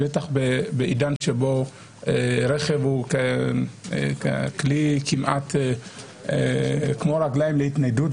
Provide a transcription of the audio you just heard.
בטח בעידן שבו רכב הוא כלי כמעט כמו רגליים להתניידות,